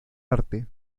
arte